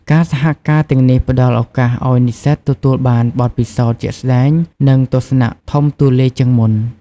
ការសហការណ៍ទាំងនេះផ្តល់ឱកាសឲ្យនិស្សិតទទួលបានបទពិសោធន៍ជាក់ស្តែង និងទស្សនៈធំទូលាយជាងមុន។